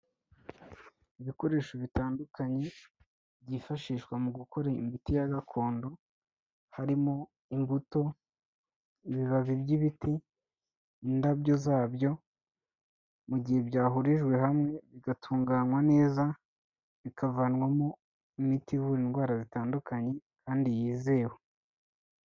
Ibikoresho bitandukanye byifashishwa mu gukora imiti ya gakondo, harimo imbuto, ibibabi by'ibiti, indabyo zabyo mu gihe byahurijwe hamwe bigatunganywa neza, bikavanwamo imiti ivura indwara zitandukanye kandi yizewe.